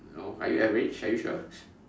no are you average are you sure